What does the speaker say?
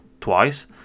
twice